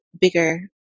bigger